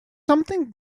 something